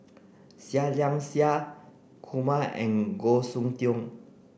Seah Liang Seah Kumar and Goh Soon Tioe